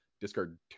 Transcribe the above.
discard